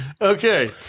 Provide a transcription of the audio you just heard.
Okay